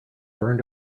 burned